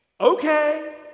Okay